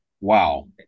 Wow